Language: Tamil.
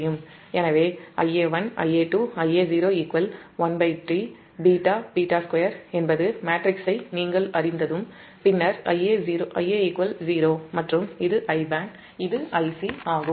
எனவே Ia1Ia2Ia0 13 ββ2 என்பது மேட்ரிக்ஸை நீங்கள் அறிந்ததும் பின்னர் Ia 0 மற்றும் இது Ib மற்றும் Ic ஆகும்